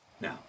Now